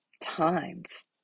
times